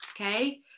Okay